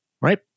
Right